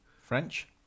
French